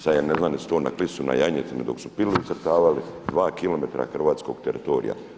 Sad ja ne znam jesu to na Klisu na janjetinu dok su pili ucrtavali, 2 km hrvatskog teritorija.